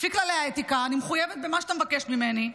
לפי כללי האתיקה אני מחויבת במה שאתה מבקש ממני,